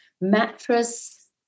mattress